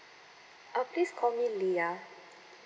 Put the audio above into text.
uh please call me leah